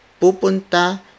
Pupunta